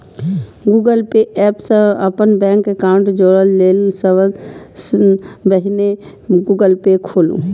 Google Pay app सं अपन bank account जोड़य लेल सबसं पहिने गूगल पे खोलू